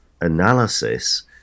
analysis